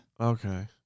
Okay